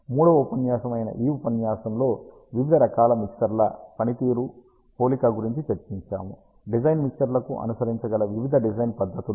మూడవ ఉపన్యాసం అయిన ఈ ఉపన్యాసంలో వివిధ రకాల మిక్సర్ల పనితీరు పోలిక గురించి చర్చించాము డిజైన్ మిక్సర్లకు అనుసరించగల వివిధ డిజైన్ పద్దతులు